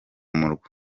murwa